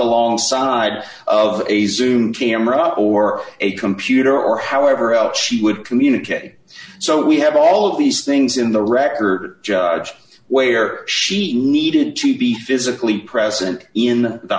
alongside of a zoom camera or a computer or however she would communicate so we have all of these things in the record where she needed to be physically present in the